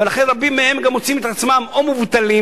ולכן רבים מהם גם מוצאים את עצמם או מובטלים